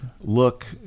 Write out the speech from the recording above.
look